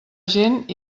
gent